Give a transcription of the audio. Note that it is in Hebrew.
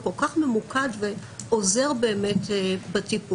הוא כל כך ממוקד ועוזר בטיפול.